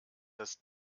dass